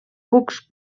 cucs